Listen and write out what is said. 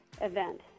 event